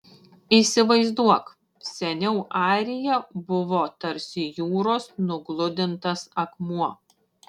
įsivaizduok seniau airija buvo tarsi jūros nugludintas akmuo